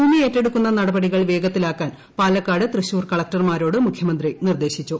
ഭൂമി ഏറ്റെടുക്കുന്ന നടപടികൾ വേഗത്തിലാക്കാൻ പാലക്കാട് ക്ടുശൂർ കളക്ടർമാരോട് മുഖ്യമന്ത്രി നിർദ്ദേശിച്ചു